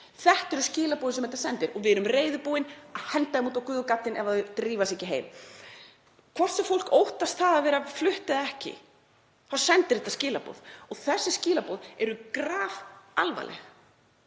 Þetta eru skilaboðin sem þetta sendir, að við séum reiðubúin að henda fólki út á guð og gaddinn ef það drífur sig ekki heim. Hvort sem fólk óttast að verða flutt eða ekki þá eru þetta skilaboðin og þessi skilaboð eru grafalvarleg.